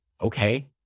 okay